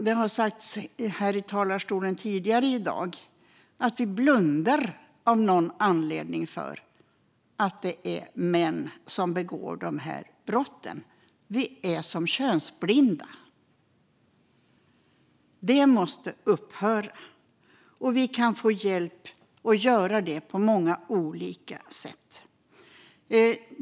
Det har sagts här i talarstolen tidigare i dag att vi av någon anledning blundar för att det är män som begår dessa brott. Vi är könsblinda. Det måste upphöra, och vi kan få hjälp med detta på många olika sätt.